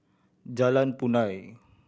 Jalan Punai